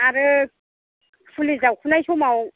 आरो फुलि जावखुनाय समाव